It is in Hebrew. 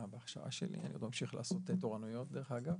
ובהכשרה שלי אני ממשיך לעשות תורנויות, דרך אגב.